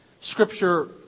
Scripture